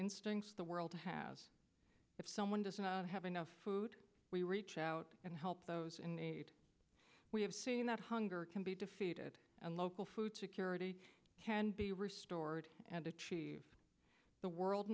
instincts the world has if someone doesn't have enough food we reach out and help those in need we have seen that hunger can be defeated and local food security can be restored and achieve the world